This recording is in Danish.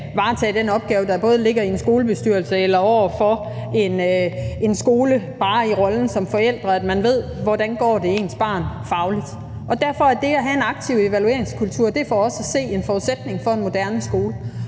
varetage den opgave, der både ligger i en skolebestyrelse og i rollen som forældre over for en skole, så man ved, hvordan det går ens barn fagligt. Derfor er det at have en aktiv evalueringskultur for os at se en forudsætning for en moderne skole.